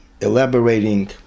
elaborating